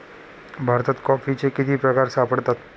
भारतात कॉफीचे किती प्रकार सापडतात?